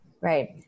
right